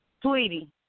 Tweety